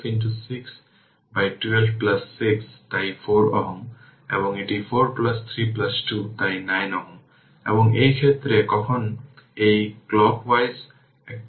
এবং দ্বিতীয় জিনিস হল এটি ডিমেনশনলেস কোয়ান্টিটি এই জিনিসটি আমাদের মনে রাখতে হবে এটি ডিমেনশনলেস কোয়ান্টিটি